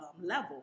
level